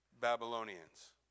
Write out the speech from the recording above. Babylonians